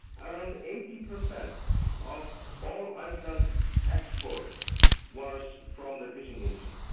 around eighty percent of all iceland's export was from the fishing industry.